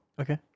Okay